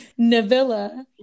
Navilla